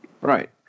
Right